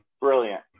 brilliant